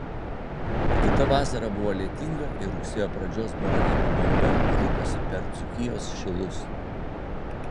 kita vasara buvo lietinga ir rugsėjo pradžios baravykų banga ritosi per dzūkijos šilus